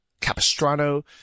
Capistrano